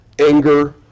anger